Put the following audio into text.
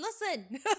listen